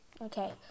okay